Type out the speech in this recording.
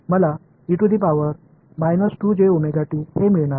மாணவர்மைனஸ் நான் இதை பெறுவேன்